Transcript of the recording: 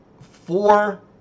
four